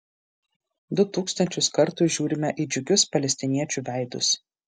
du tūkstančius kartų žiūrime į džiugius palestiniečių veidus